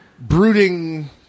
Brooding